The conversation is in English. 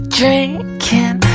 drinking